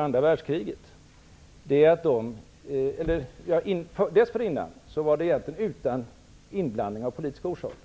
andra världskriget hade dessa kriser inte politiska orsaker.